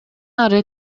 ары